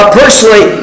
personally